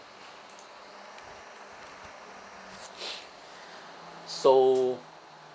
so